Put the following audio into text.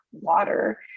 water